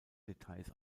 details